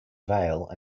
vale